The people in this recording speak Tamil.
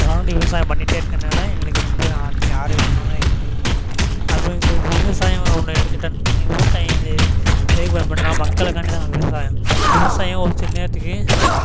தொடர்ந்து விவசாயம் பண்ணிட்டே இருக்கனால் எங்களுக்கு ரொம்ப ஆரோக் ஆரோக்கியமாக இருக்குது அப்பறம் இப்போ விவசாயம்னு ஒன்று எடுத்துக்கிட்டோன்னு வச்சுக்கோங்களேன் விவசாயம் வந்து எதுக்கு பயன்படுதுன்னால் மக்களுக்காண்டி தான் விவசாயம் விவசாயம் ஒரு சில நேரத்துக்கு